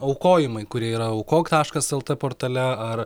aukojimai kurie yra aukok taškas lt portale ar